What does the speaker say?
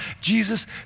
Jesus